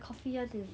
dude did you watch it